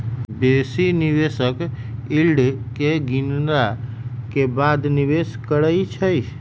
बेशी निवेशक यील्ड के गिनला के बादे निवेश करइ छै